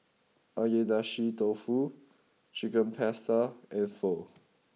Agedashi Dofu Chicken Pasta and Pho